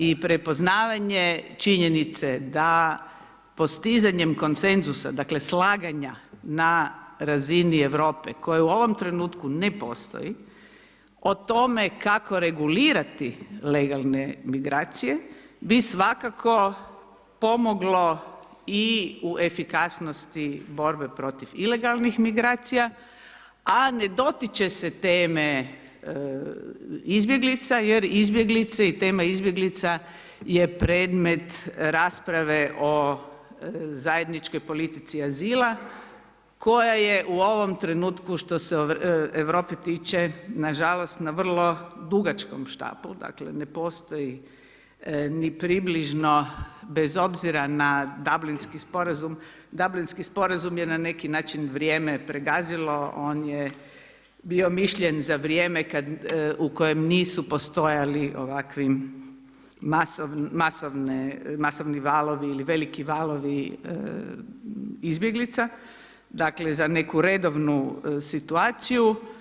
I prepoznavanje činjenice da postizanjem konsenzusa dakle slaganja na razini Europe koje u ovom trenutku ne postoji o tome kako regulirati legalne migracije bi svakako pomoglo i u efikasnosti borbe protiv ilegalnih migracija, a ne dotiče se teme izbjeglica jer izbjeglice i tema izbjeglica je predmet rasprave o zajedničkoj politici azila koja je u ovom trenutku što se Europske tiče na žalost na vrlo dugačkom štapu, dakle ne postoji ni približno bez obzira na Dablinski sporazum, Dablinski sporazum je na neki način vrijeme pregazilo on je bio mišljen za vrijeme u kojem nisu postojali ovakvi masovni valovi ili veliki valovi izbjeglica, dakle za neku redovnu situaciju.